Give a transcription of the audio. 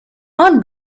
i’ll